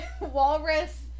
Walrus